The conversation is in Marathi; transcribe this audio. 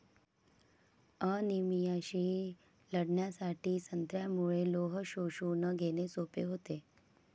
अनिमियाशी लढण्यासाठी संत्र्यामुळे लोह शोषून घेणे सोपे होते